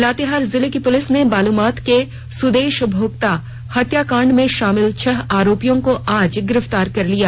लातेहार जिले की पुलिस ने बालूमाथ के सुदेश भोक्ता हत्याकांड में शामिल छह आरोपियों को आज गिरफ्तार कर लिया